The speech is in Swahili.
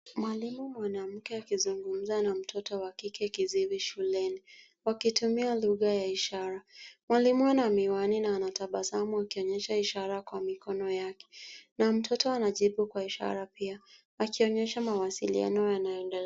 Mwalimu mwanamke akizungumza na mtoto wa kike kiziwi shuleni wakitumia lugha ya ishara. Mwalimu ana miwani na anatabasamu akionyesha ishara kwa mikono yake na mtoto anajibu kwa ishara pia akionyesha mawasiliano yanayoendelea.